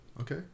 Okay